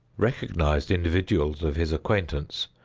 recognized individuals of his acquaintance,